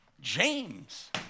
James